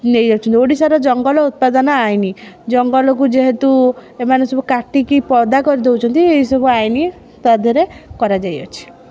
ନେଇ ଯାଉଛନ୍ତି ଓଡ଼ିଶାର ଜଙ୍ଗଲ ଉତ୍ପାଦ ଆଇନ୍ ଜଙ୍ଗଲକୁ ଯେହେତୁ ଏମାନେ ସବୁ କାଟିକି ପଦା କରି ଦେଉଛନ୍ତି ଏସବୁ ଆଇନ୍ ତାଧିଏରେ କରାଯାଇ ଅଛି